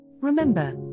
Remember